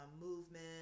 movement